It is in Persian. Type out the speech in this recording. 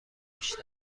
بیشتر